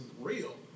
real